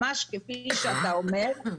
ממש כפי שאתה אומר,